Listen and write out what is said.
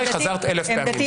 חזרת על דבריך אלף פעמים.